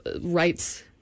rights